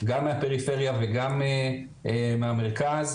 גם מהפריפריה וגם מהמרכז.